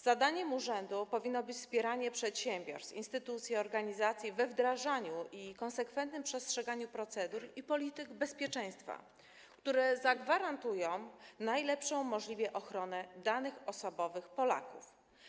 Zadaniem urzędu powinno być wspieranie przedsiębiorstw, instytucji i organizacji we wdrażaniu i konsekwentnym przestrzeganiu procedur i polityk bezpieczeństwa, które zagwarantują możliwie najlepszą ochronę danych osobowych Polaków.